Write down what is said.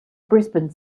brisbane